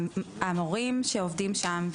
המורים שעובדים שם,